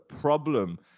problem